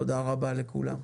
תודה רבה לכולם.